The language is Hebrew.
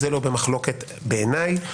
זה לא במחלוקת בעיניי.